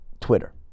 Twitter